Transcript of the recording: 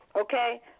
okay